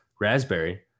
Raspberry